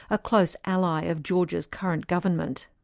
a close ally of georgia's current government.